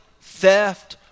theft